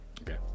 okay